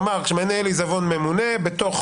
כלומר, כשמנהל עיזבון ממונה, בתוך